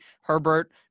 Herbert